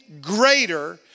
greater